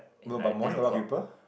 no but morning a lot of people